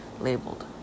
labeled